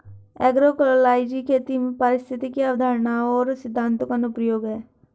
agroecology खेती में पारिस्थितिक अवधारणाओं और सिद्धांतों का अनुप्रयोग है